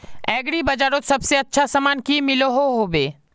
Agri बजारोत सबसे अच्छा सामान की मिलोहो होबे?